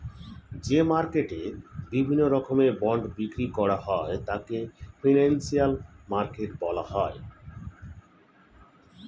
যে মার্কেটে বিভিন্ন রকমের বন্ড বিক্রি করা হয় তাকে ফিনান্সিয়াল মার্কেট বলা হয়